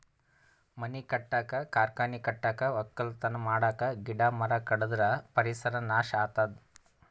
ಮನಿ ಕಟ್ಟಕ್ಕ್ ಕಾರ್ಖಾನಿ ಕಟ್ಟಕ್ಕ್ ವಕ್ಕಲತನ್ ಮಾಡಕ್ಕ್ ಗಿಡ ಮರ ಕಡದ್ರ್ ಪರಿಸರ್ ನಾಶ್ ಆತದ್